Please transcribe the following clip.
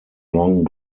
long